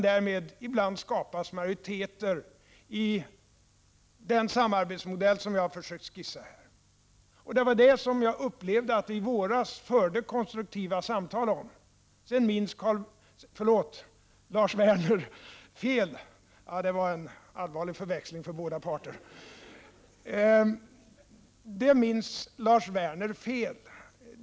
Därmed kan ibland skapas majoriteter i den samarbetsmodell som jag har försökt skissera här. Det var det som jag upplevde att vi i våras förde konstruktiva samtal om. Sedan minns Carl Bildt fel — förlåt, Lars Werner, menar jag; det var en allvarlig förväxling för båda parter.